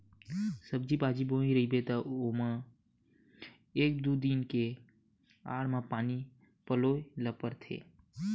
सब्जी बाजी बोए रहिबे त ओमा एक दू दिन के आड़ म पानी पलोए ल परथे